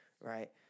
right